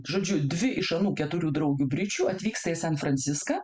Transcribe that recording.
žodžiu dvi iš anų keturių draugių bričių atvyksta į san franciską